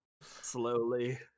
slowly